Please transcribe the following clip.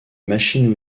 machines